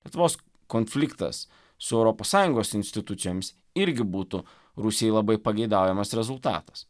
lietuvos konfliktas su europos sąjungos institucijomis irgi būtų rusijai labai pageidaujamas rezultatas